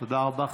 תודה רבה.